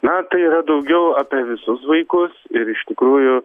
na tai yra daugiau apie visus vaikus ir iš tikrųjų